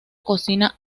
cocina